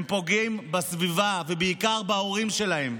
הוא פוגע בסביבה ובעיקר בהורים שלהם.